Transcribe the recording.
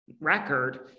record